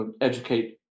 educate